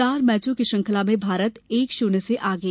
चार मैचों की श्रृंखला में भारत एक शून्य आगे